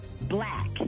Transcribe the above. black